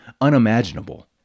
unimaginable